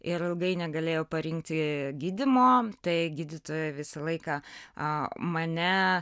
ir ilgai negalėjo parinkti gydymo tai gydytojai visą laiką mane